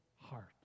heart